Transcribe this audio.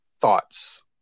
thoughts